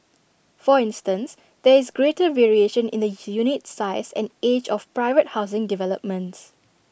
for instance there is greater variation in the unit size and age of private housing developments